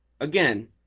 again